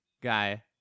guy